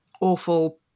awful